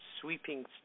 sweeping